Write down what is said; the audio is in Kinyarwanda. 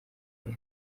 neza